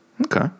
Okay